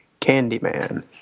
Candyman